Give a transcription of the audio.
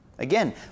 Again